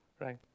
Right